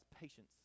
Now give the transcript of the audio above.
patience